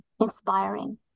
inspiring